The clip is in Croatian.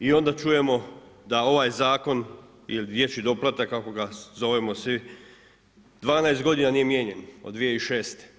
I onda čujemo da ovaj zakon ili dječji doplatak kako ga zovemo svi 12 godina nije mijenjan od 2006.